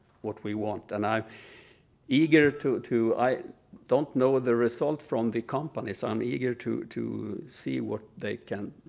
what we want. and i'm eager to to i don't know the result from the companies. i'm eager to to see what they can